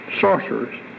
sorcerers